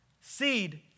seed